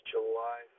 July